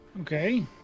okay